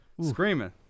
screaming